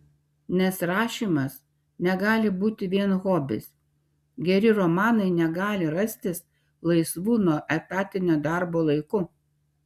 nes rašymas negali būti vien hobis geri romanai negali rastis laisvu nuo etatinio darbo laiku